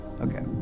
Okay